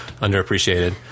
underappreciated